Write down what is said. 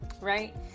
right